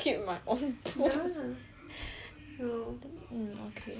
um okay